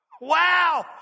Wow